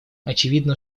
очевидно